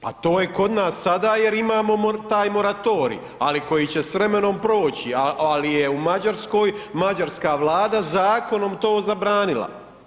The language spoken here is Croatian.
Pa to je kod nas sada jer imamo taj moratorij, ali koji će s vremenom proći, ali je u Mađarskoj mađarska vlada zakonom to zabranila.